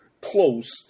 close